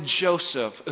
Joseph